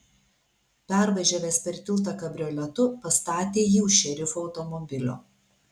pervažiavęs per tiltą kabrioletu pastatė jį už šerifo automobilio